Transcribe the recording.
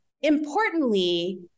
Importantly